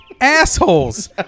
assholes